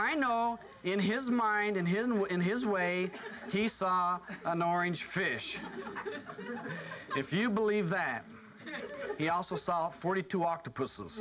i know in his mind in his will in his way he saw an orange fish if you believe that he also saw forty two octopus